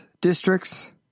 districts